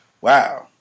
Wow